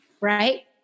Right